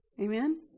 Amen